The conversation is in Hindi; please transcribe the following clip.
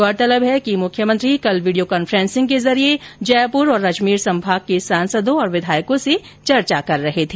गौरतलब है कि मुख्यमंत्री कल वीडियो कॉन्फ्रेंसिंग के जरिये जयपुर और अजमेर संभाग के सांसदों और विधायकों से चर्चा कर रहे थे